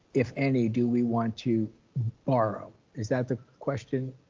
if any, do we want to borrow? is that the question